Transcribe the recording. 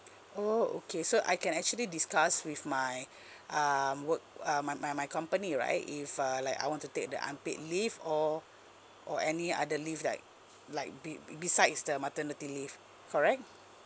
oh okay so I can actually discuss with my um work uh my my my company right if uh like I want to take the unpaid leave or or any other leave like like be~ be~ besides the maternity leave correct